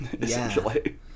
Essentially